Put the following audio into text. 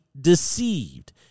deceived